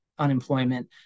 unemployment